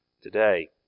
today